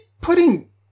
putting